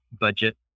budget